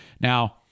Now